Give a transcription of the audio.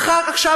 עכשיו,